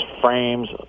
frames